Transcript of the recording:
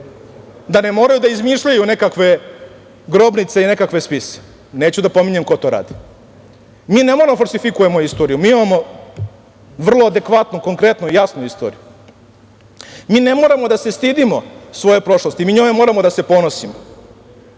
da ne moraju da izmišljaju nekakve grobnice i nekakve spise. Neću da pominjem ko to radi. Mi ne moramo da falsifikujemo istoriju, mi imamo vrlo adekvatnu, konkretnu i jasnu istoriju. Mi ne moramo da se stidimo svoje prošlosti, mi njome moramo da se ponosimo.